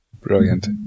Brilliant